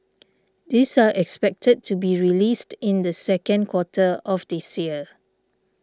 these are expected to be released in the second quarter of this year